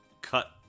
cut